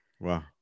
Wow